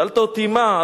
שאלת אותי: מה?